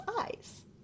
eyes